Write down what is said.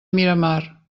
miramar